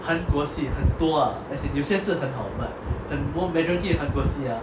韩国戏很多 ah as in 有些是很好 but majority 的韩国戏啊